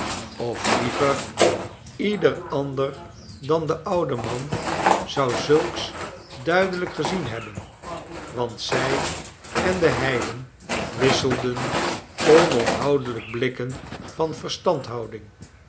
of liever ieder ander dan de oude man zou zulks duidelijk gezien hebben want zij en de heiden wisselden onophoudelijk blikken van verstandhouding